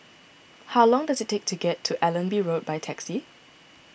how long does it take to get to Allenby Road by taxi